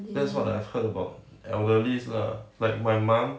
that's what I've heard about elderlies lah like my mom